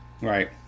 Right